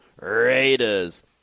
Raiders